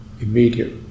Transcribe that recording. immediate